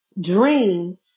dream